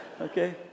Okay